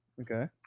Okay